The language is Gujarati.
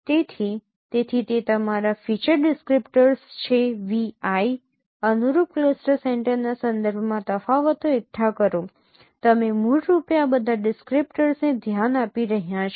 તેથી તેથી તે તમારા ફીચર ડિસક્રીપ્ટર્સ છે vi અનુરૂપ ક્લસ્ટર સેન્ટરના સંદર્ભમાં તફાવતો એકઠા કરો તમે મૂળરૂપે આ બધા ડિસક્રીપ્ટર્સને ધ્યાન આપી રહ્યા છો